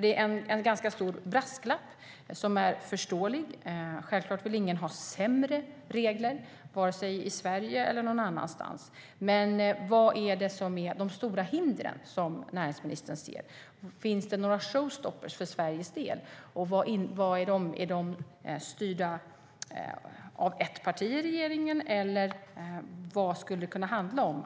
Det är en ganska stor men förståelig brasklapp. Ingen vill ju ha sämre regler, varken i Sverige eller någon annanstans. Vilka hinder ser näringsministern? Finns det några show stoppers för Sverige? Vilka är de i så fall, och är de styrda av ett parti i regeringen? Vad skulle kunna hindra